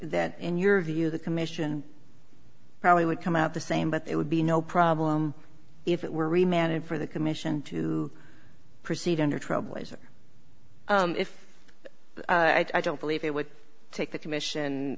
then in your view the commission probably would come out the same but it would be no problem if it were remained in for the commission to proceed under troubles or if i don't believe it would take the commission